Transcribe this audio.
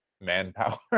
manpower